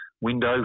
window